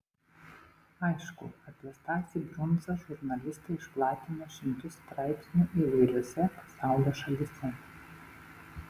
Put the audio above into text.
aišku apie stasį brundzą žurnalistai išplatino šimtus straipsnių įvairiose pasaulio šalyse